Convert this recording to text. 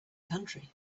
country